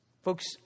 Folks